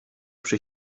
przy